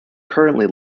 currently